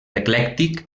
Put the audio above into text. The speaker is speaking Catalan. eclèctic